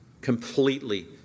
completely